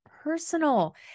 personal